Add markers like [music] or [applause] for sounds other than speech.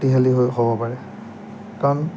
[unintelligible] হ'ব পাৰে কাৰণ